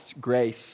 grace